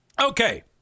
Okay